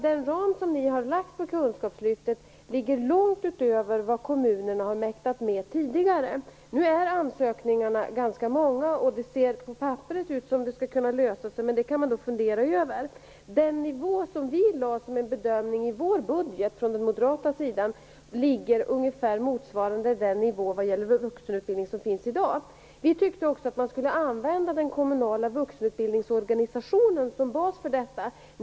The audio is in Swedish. Den ram som ni har lagt fast för kunskapslyftet ligger långt utöver vad kommunerna har mäktat med tidigare. Nu är ansökningarna ganska många. Det ser på papperet ut som om det skall kunna lösa sig, men det kan man fundera över. Den nivå som vi bedömde vara rimlig i budgetförslaget från den moderata sidan är ungefär motsvarande den nivå som gäller för vuxenutbildningen i dag. Vi tyckte också att man skulle använda den kommunala vuxenutbildningsorganisationen som bas för detta.